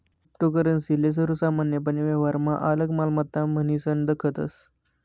cryptocurrency ले सर्वसामान्यपने व्यवहारमा आलक मालमत्ता म्हनीसन दखतस